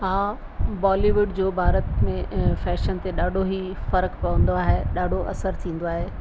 हा बॉलीवुड जो भारत में फैशन ते ॾाढो ई फ़र्क़ पवंदो आहे ॾाढो असर थींदो आहे